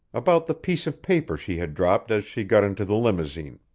about the piece of paper she had dropped as she got into the limousine,